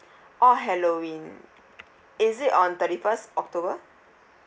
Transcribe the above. oh halloween is it on thirty-first october